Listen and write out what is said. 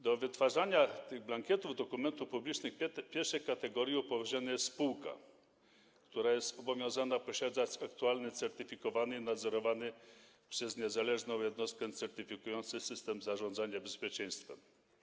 Do wytwarzania blankietów dokumentów publicznych pierwszej kategorii upoważniona jest spółka, która jest zobowiązana posiadać aktualny, certyfikowany, nadzorowany przez niezależną jednostkę certyfikujący system zarządzania bezpieczeństwem.